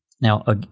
Now